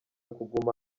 kuguma